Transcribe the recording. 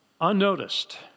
unnoticed